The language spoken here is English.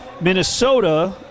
Minnesota